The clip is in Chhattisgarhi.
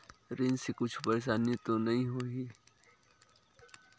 ऋण से कुछु परेशानी तो नहीं होही?